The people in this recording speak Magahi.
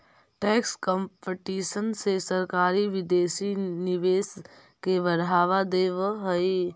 टैक्स कंपटीशन से सरकारी विदेशी निवेश के बढ़ावा देवऽ हई